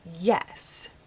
yes